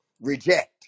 Reject